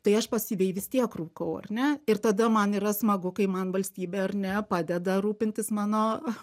tai aš pasyviai vis tiek rūkau ar ne ir tada man yra smagu kai man valstybė ar ne padeda rūpintis mano